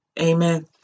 Amen